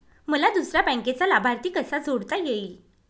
मला दुसऱ्या बँकेचा लाभार्थी कसा जोडता येईल?